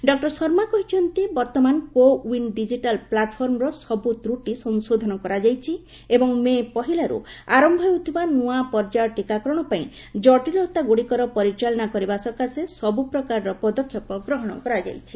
doctor Sharma କହିଛନ୍ତି ବର୍ତ୍ତମାନ CoWIN digital ପ୍ଲାଟଫର୍ମର ସବୁ ତ୍ରୁଟି ସଂଶୋଧନ କରାଯାଇଛି ଏବଂ ମେ' ପହିଲାରୁ ଆରମ୍ଭ ହେଉଥିବା ନୂଆ ପର୍ଯ୍ୟାୟ ଟିକାକରଣ ପାଇଁ ଜଟିଳତା ଗୁଡ଼ିକର ପରିଚାଳନା କରିବା ସକାଶେ ସବୁପ୍ରକାରର ପଦକ୍ଷେପ ଗ୍ରହଣ କରାଯାଇଛି